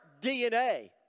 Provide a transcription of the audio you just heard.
DNA